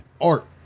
art